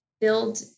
build